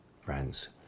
friends